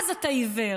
אז אתה עיוור,